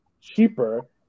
cheaper